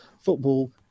football